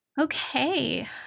Okay